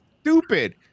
stupid